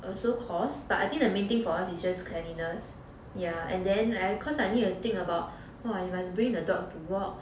also cost but I think the main thing for us it's just cleanliness ya and then like I cause I need to think about !wah! you must bring the dog to walk